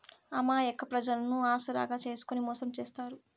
అమాయక ప్రజలను ఆసరాగా చేసుకుని మోసం చేత్తారు